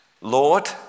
Lord